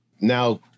Now